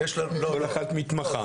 כל אחת מתמחה.